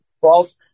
False